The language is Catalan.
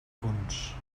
punts